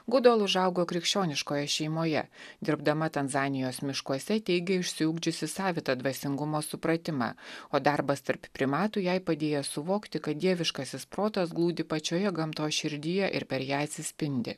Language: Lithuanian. gudol užaugo krikščioniškoje šeimoje dirbdama tanzanijos miškuose teigė išsiugdžiusi savitą dvasingumo supratimą o darbas tarp primatų jai padėjęs suvokti kad dieviškasis protas glūdi pačioje gamtos širdyje ir per ją atsispindi